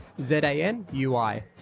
Z-A-N-U-I